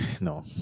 no